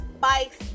bikes